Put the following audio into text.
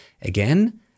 Again